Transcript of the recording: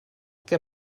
que